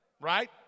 Right